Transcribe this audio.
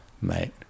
mate